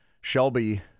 Shelby